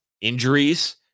injuries